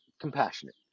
compassionate